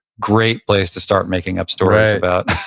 great place to start making up stories about,